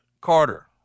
Carter